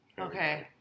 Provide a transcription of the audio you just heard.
Okay